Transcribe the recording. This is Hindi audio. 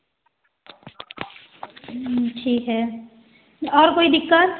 ठीक है और कोई दिक्कत